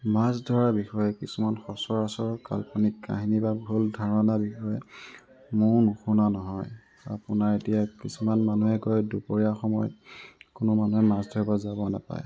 মাছ ধৰাৰ বিষয়ে কিছুমান সচৰাচৰ কাল্পনিক কাহিনীভাগ হ'ল ধাৰণা বিষয়ে ময়ো নুশুনা নহয় আপোনাৰ এতিয়া কিছুমান মানুহে কয় দুপৰীয়া সময়ত কোনো মানুহে মাছ ধৰিব যাব নেপায়